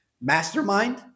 mastermind